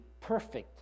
perfect